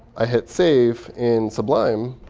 i hit save in sublime.